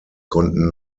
konnten